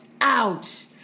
out